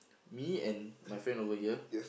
me and my friend over here